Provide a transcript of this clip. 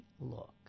look